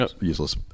useless